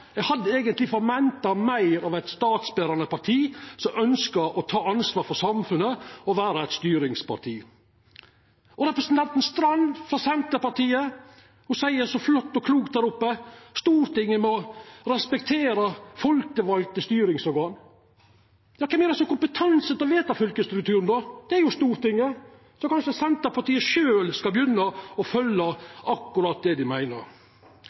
Eg hadde eigentleg forventa meir av eit statsberande parti som ønskjer å ta ansvar for samfunnet og vera eit styringsparti. Representanten Knutsdatter Strand frå Senterpartiet seier så flott og klokt der oppe at Stortinget må respektera folkevalde styringsorgan. Men kven er det som har kompetanse til å vedta fylkesstrukturen? Det er jo Stortinget. Så kanskje Senterpartiet sjølv skal begynna å følgja akkurat det dei meiner.